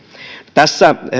tässä